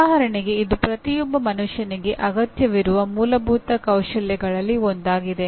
ಉದಾಹರಣೆಗೆ ಇದು ಪ್ರತಿಯೊಬ್ಬ ಮನುಷ್ಯನಿಗೆ ಅಗತ್ಯವಿರುವ ಮೂಲಭೂತ ಕೌಶಲ್ಯಗಳಲ್ಲಿ ಒಂದಾಗಿದೆ